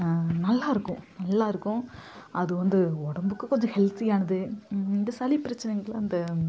நல்லாயிருக்கும் நல்லாயிருக்கும் அது வந்து உடம்புக்கு கொஞ்சம் ஹெல்த்தியானது இந்த சளி பிரச்சனைங்கெலாம் இந்த